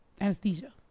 anesthesia